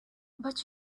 but